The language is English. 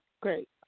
great